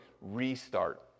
restart